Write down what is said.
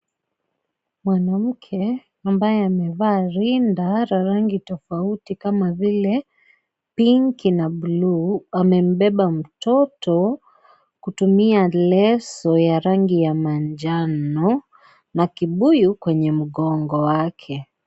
Mwanamke ambaye amevaa rinda la rangi tofauti kama vile, pinki na buluu. Amembeba mtoto kutumia leso ya rangi ya manjano na kibuyu kwenye mgongo wake.